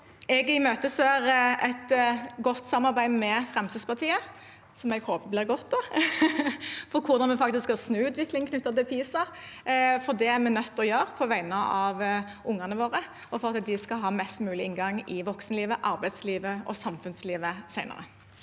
Jeg imøteser et godt samarbeid med Fremskrittspartiet – som jeg håper blir godt – om hvordan vi faktisk skal snu utviklingen knyttet til PISA, for det er vi nødt til å gjøre på vegne av ungene våre og for at de skal ha en best mulig inngang til voksenlivet, arbeidslivet og samfunnslivet senere.